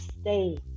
stay